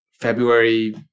February